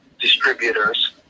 distributors